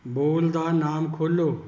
ਬੋਲ ਦਾ ਨਾਮ ਖੋਲ੍ਹੋ